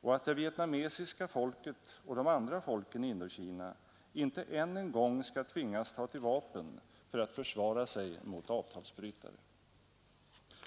och att det vietnamesiska folket och de andra folken i Indokina inte än en gång skall tvingas ta till vapen för att försvara sig mot avtalsbrytare.